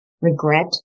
regret